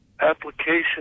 application